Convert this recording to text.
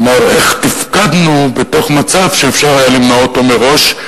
כלומר: איך תפקדנו בתוך מצב שאפשר היה למנוע אותו מראש?